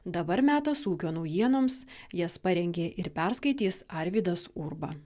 dabar metas ūkio naujienoms jas parengė ir perskaitys arvydas urba